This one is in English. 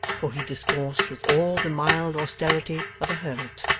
for he discoursed with all the mild austerity of a hermit,